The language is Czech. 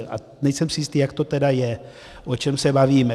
A nejsem si jistý, jak to tedy je, o čem se bavíme.